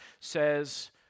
says